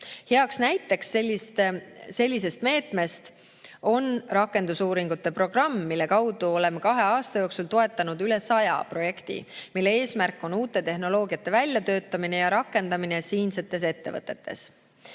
Heaks näiteks sellisest meetmest on rakendusuuringute programm, mille kaudu oleme kahe aasta jooksul toetanud üle saja projekti, mille eesmärk on uute tehnoloogiate väljatöötamine ja nende rakendamine siinsetes ettevõtetes.